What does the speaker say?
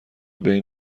بین